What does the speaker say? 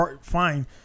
fine